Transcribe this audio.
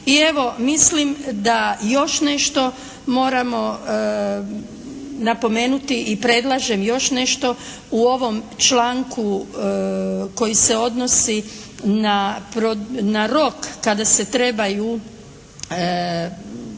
I evo, mislim da još nešto moramo napomenuti i predlažem još nešto. U ovom članku koji se odnosi na rok kada se trebaju